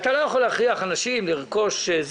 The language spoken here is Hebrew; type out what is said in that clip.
אתה לא יכול להכריח אנשים לרכוש מוצרים.